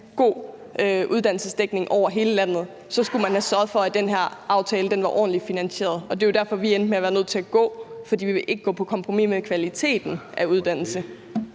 god uddannelsesdækning over hele landet, skulle man have sørget for, at den her aftale var ordentligt finansieret. Og det var derfor, det endte med, at vi var nødt til at gå, for vi vil ikke gå på kompromis med kvaliteten af uddannelse.